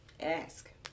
ask